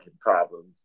problems